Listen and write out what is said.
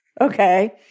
Okay